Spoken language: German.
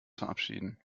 verabschieden